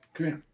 Okay